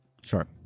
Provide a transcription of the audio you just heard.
Sure